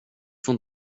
får